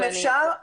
אם אפשר,